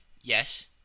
Yes